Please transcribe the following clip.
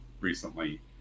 recently